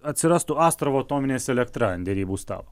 atsirastų astravo atominės elektra ant derybų stalo